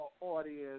audience